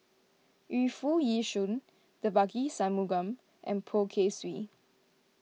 Yu Foo Yee Shoon Devagi Sanmugam and Poh Kay Swee